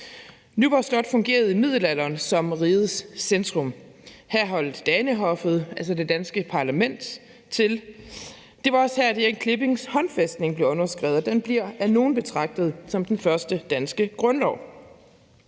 Nyborg Slot fungerede i middelalderen som rigets centrum. Her holdt Danehoffet, altså det danske parlament, til. Det var også her, at Erik Klippings håndfæstning blev underskrevet, og den bliver af nogle betragtet som den første danske grundlov.